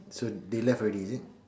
so they left already is it